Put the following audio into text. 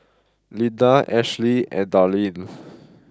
Linda Ashley and Darlyne